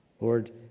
Lord